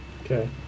okay